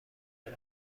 بهم